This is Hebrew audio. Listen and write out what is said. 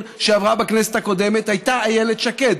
שעברה בכנסת הקודמת הייתה איילת שקד.